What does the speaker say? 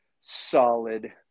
solid